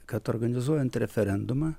kad organizuojant referendumą